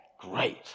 great